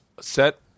set